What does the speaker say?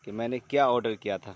کہ میں نے کیا آڈر کیا تھا